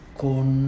con